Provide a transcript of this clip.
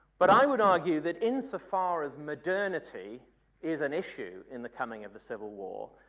but i would argue that in so far as modernity is an issue in the coming of the civil war,